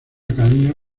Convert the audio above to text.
academia